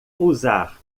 usar